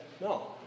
No